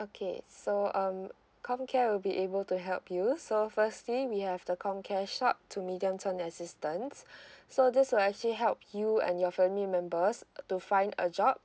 okay so um comcare will be able to help you so firstly we have the comcare short to medium term assistance so this will actually help you and your family members to find a job